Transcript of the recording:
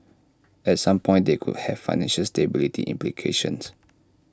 at some point they could have financial stability implications